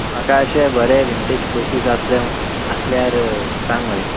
म्हाका अशें बरें विंटेज प्लेसीस आसले आसल्यार सांग मरे